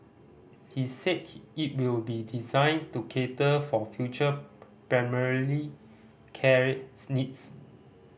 he said he it will be designed to cater for future primarily care needs